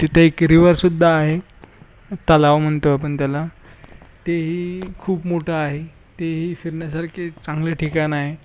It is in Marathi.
तिथे एक रिवरसुद्धा आहे तलाव म्हणतो आपण त्याला तेही खूप मोठं आहे तेही फिरण्यासारखे चांगले ठिकाण आहे